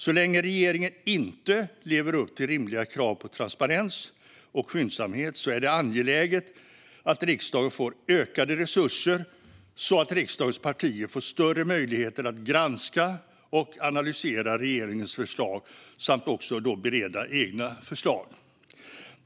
Så länge regeringen inte lever upp till rimliga krav på transparens och skyndsamhet är det angeläget att riksdagen får ökade resurser så att riksdagens partier får större möjligheter att granska och analysera regeringens förslag samt också bereda egna förslag.